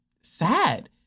sad